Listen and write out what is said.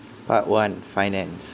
part one finance